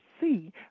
see